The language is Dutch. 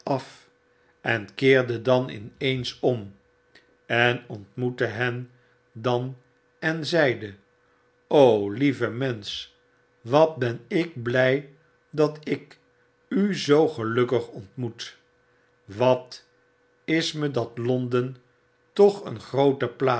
af en keerde dan in eens om en ontraoette hen dan en zeide lieve mensch wat ben ik blq dat ik u zoo gelukkig ontraoet wat is me dat londen toch een groote plaats